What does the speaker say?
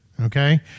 Okay